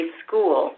school